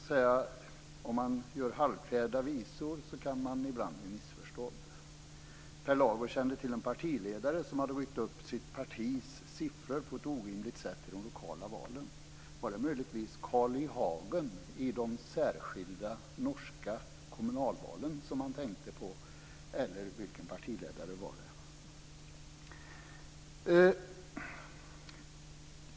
Om man kommer med halvkvädna visor kan man ibland bli missförstådd. Per Lager kände till en partiledare som hade ryckt upp sitt partis siffror på ett orimligt sätt i de lokala valen. Var det möjligtvis Carl I. Hagen i de särskilda norska kommunalvalen som han tänkte på, eller vilken partiledare var det?